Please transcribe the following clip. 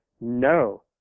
no